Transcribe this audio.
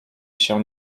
się